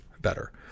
better